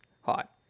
Hot